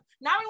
Now